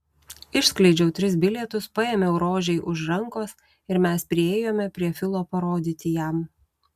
išskleidžiau tris bilietus paėmiau rožei už rankos ir mes priėjome prie filo parodyti jam